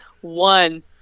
One